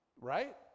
right